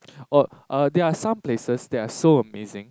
oh err there are some places that are so amazing